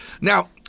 Now